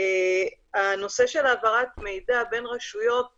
הנושא של העברת מידע בין רשויות,